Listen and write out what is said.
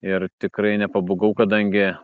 ir tikrai nepabūgau kadangi